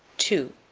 to.